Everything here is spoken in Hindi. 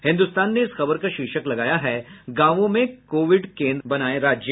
हिन्दुस्तान ने इस खबर का शीर्षक लगाया है गांवों में कोविड कोन्द्र बनाये राज्य